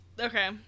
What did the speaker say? Okay